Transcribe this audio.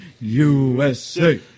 USA